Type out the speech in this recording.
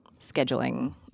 scheduling